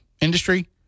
industry